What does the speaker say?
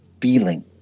feeling